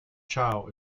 chow